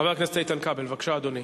חבר הכנסת איתן כבל, בבקשה, אדוני.